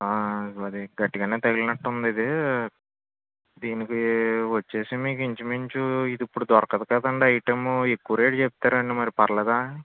మరి గట్టిగానే తగిలినట్టు ఉంది ఇది దీనికి వచ్చేసి మీకు ఇంచుమించు ఇది ఇప్పుడు దొరకదు కదండి ఐటము ఎక్కువ రేట్ చెప్తారండి మరి పర్లేదా